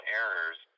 errors